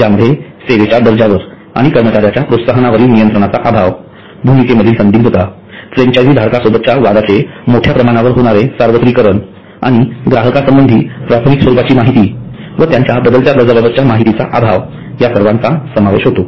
ज्यामध्ये सेवेच्या दर्जावर आणि कर्मचाऱ्यांच्या प्रोत्साहनावरील नियंत्रणाचा अभाव भूमिके मधील संदिग्धता फ्रँचायझी धारकांसोबतच्या वादाचे मोठया प्रमाणावर होणारे सार्वत्रिकरण आणि ग्राहका संबंधी प्राथमिक स्वरूपात माहिती व त्यांच्या बदलत्या गरजांबाबतच्या माहितीचा अभाव या सर्वांचा समावेश होतो